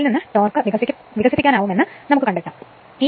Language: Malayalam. അതിൽ നിന്ന് ടോർക്ക് വികസിപ്പിക്കപ്പെടുമെന്ന് കണ്ടെത്താനാകും